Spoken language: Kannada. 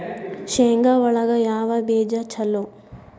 ಶೇಂಗಾ ಒಳಗ ಯಾವ ಬೇಜ ಛಲೋ?